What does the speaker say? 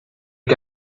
que